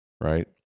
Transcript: Right